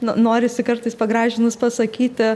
norisi kartais pagražinus pasakyti